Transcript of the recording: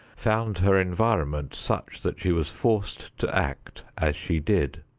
found her environment such that she was forced to act as she did.